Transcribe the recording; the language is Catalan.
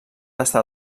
estar